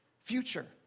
future